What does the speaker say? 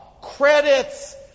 credits